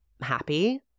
happy